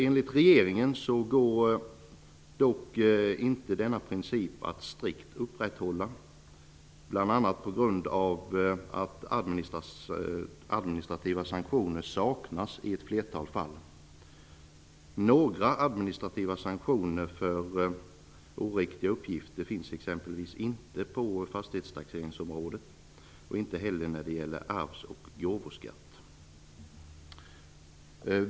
Enligt regeringen går dock inte denna princip att strikt upprätthålla, bl.a. på grund av att administrativa sanktioner saknas i ett flertal fall. Några administrativa sanktioner för oriktiga uppgifter finns exempelvis inte på fastighetstaxeringsområdet och inte heller när det gäller arvs och gåvoskatt.